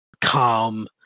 calm